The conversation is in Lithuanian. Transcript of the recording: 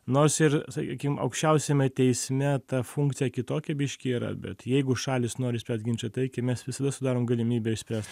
nors ir sakykim aukščiausiame teisme ta funkcija kitokia biškį yra bet jeigu šalys nori spręst ginčą taikiai mes visada sudarom galimybę išspręst